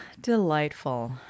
delightful